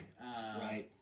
Right